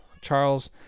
Charles